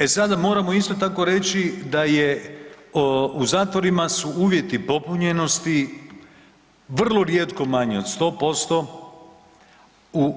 E sada moramo isto tako reći da je, u zatvorima su uvjeti popunjenosti vrlo rijetko manji od 100%, u,